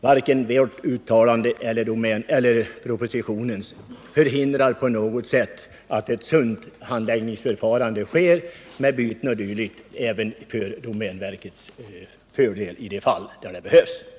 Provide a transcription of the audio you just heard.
Varken vårt uttalande eller propositionens förhindrar på något sätt ett sunt handläggningsförfarande, med byten o. d. till domänverkets fördel, i de fall där det behövs.